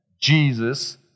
Jesus